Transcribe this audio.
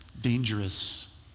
dangerous